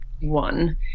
one